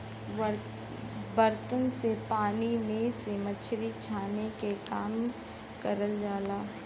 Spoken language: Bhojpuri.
बर्तन से पानी में से मछरी छाने के काम करल जाला